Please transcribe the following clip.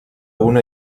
una